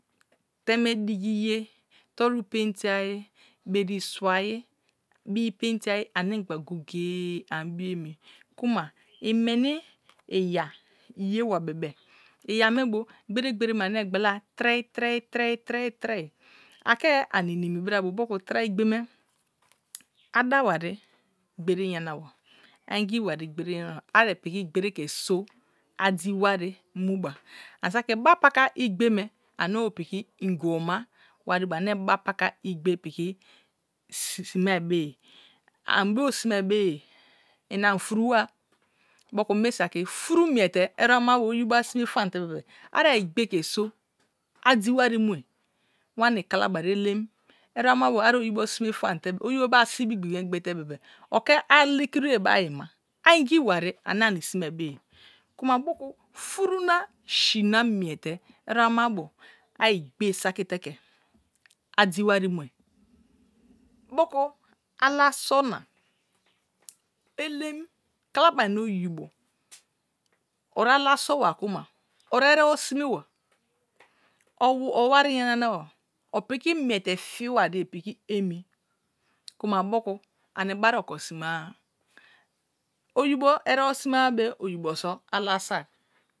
Teme digiye toru penti ayi beri sua ayi bi penti ayi ani gba goye goye ari bu emi kuma emeni, aya yeba bebe iya me bu gbese gbese me ane trei trei trei tai trei. A ke ani nimi. bra bo motku tra igbe me a da warn gbere yana ba a ingi wan gbese yauaba ari piki gloere so adi wari mu ba. Ani saki ba paka igbe me are own piki ingibo ma wari bu ame pa paka igbe me since be ye ani too sime ayi beye inau furu wa, mi saki furu miete, ésébo amabo oyibo asince fonte be̱be̱ asa igbe the so adi warn unde. klani kalabari elem eicbo ámábo a oyibo sime fmte be oyibo bo asibi egbigi me gbete be̱be̱ oke alekiri bai ayi ma a ingi wan ane ani sime beye. Kuma moku fur na si na miete étébo ama bu angbe saki te ke adi wan mue moku alaso na, elem kalaban un oyil olaso wa kuma o évébo since wa o wari ya na wa, o piki miete fi baiye piki emi kuma moku ani barn otro simacu. Orjibo bac bo sumana be oyibo so̱ ala so̱ai.